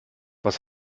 was